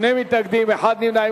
שני מתנגדים, אחד נמנע.